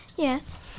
Yes